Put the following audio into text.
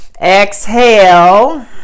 Exhale